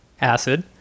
acid